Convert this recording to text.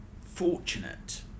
fortunate